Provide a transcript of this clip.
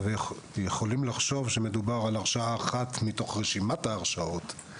ויכולים לחשוב שמדובר על הרשאה אחת מתוך רשימת ההרשאות.